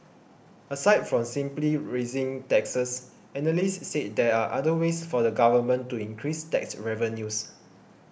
aside from simply raising taxes analysts said there are other ways for the government to increase tax revenues